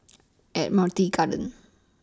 Admiralty Garden